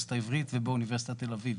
באוניברסיטה העברית ובאוניברסיטת תל אביב.